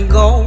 go